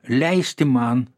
leisti man